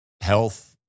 health